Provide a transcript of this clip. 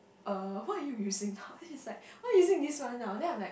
uh what are you using now then she's like why are you using this one now then I'm like